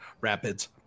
Rapids